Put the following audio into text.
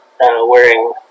wearing